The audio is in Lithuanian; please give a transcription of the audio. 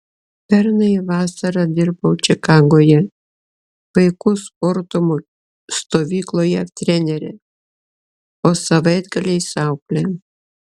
pernai vasarą dirbau čikagoje vaikų sporto stovykloje trenere o savaitgaliais aukle